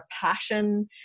passion